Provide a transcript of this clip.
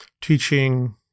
teaching